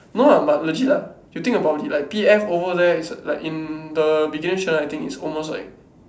no ah but legit lah you think about it like P_F over there is like in the beginner channel I think it almost like